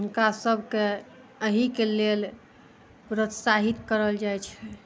हुनका सबके अहिके लेल प्रोत्साहित करल जाइ छै